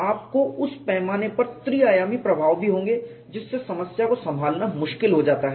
आपके पास उस पैमाने पर त्रिआयामी प्रभाव भी होंगे जिससे समस्या को संभालना मुश्किल हो जाता है